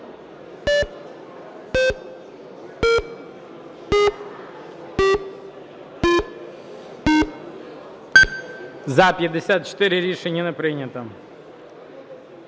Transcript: За-54 Рішення не прийнято.